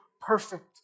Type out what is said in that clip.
perfect